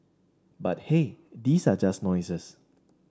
but hey these are just noises